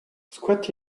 skoet